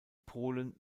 polen